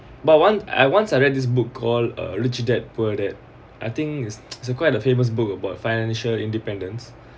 but once I once I read this book called a rich dad poor dad I think is quite a famous book about financial independence